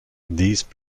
these